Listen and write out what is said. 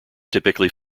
typically